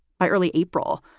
by early april,